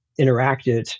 interacted